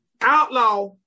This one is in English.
Outlaw